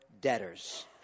debtors